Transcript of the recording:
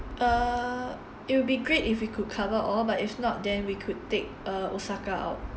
uh it will be great if you could cover all but if not then we could take uh osaka out